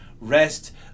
rest